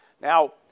Now